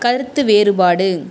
கருத்து வேறுபாடு